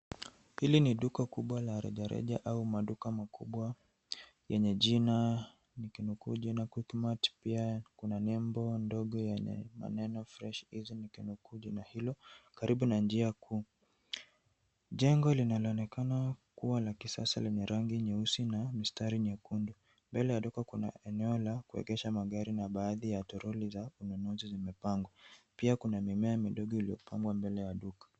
Hili ni duka kubwa la rejareja au maduka makubwa yenye jina, nikinukuu jina quickmart, pia kuna nembo ndogo yenye maneno fresh and easy, nikinukuu jina hilo, karibu na njia kuu. Jengo linaloonekana kuwa la kisasa lenye rangi nyeusi na mistari nyekundu. Mbele ya duka kuna eneo la kuegesha magari na baadhi ya toroli za ununuzi zimepangwa. Pia kuna mimea midogo iliyopambwa mbele ya duka.